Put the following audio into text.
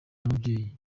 w’ababyeyi